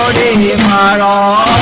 da da da